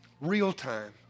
real-time